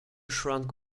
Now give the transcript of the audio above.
shrunk